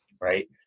right